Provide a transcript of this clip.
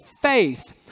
faith